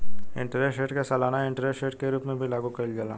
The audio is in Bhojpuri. इंटरेस्ट रेट के सालाना इंटरेस्ट रेट के रूप में लागू कईल जाला